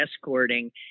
escorting